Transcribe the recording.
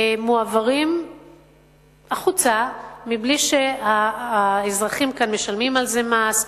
שמועברים החוצה מבלי שהאזרחים כאן משלמים על זה מס,